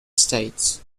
estates